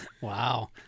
Wow